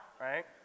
right